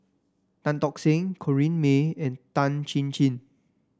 Tan Tock Seng Corrinne May and Tan Chin Chin